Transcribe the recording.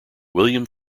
william